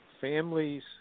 families